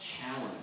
challenge